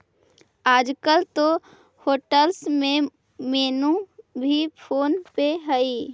आजकल तो होटेल्स में मेनू भी फोन पे हइ